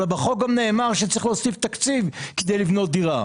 אבל בחוק גם נאמר שצריך להוסיף תקציב כדי לבנות דירה.